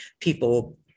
people